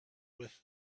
with